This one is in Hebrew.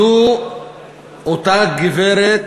זו אותה גברת